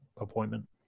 appointment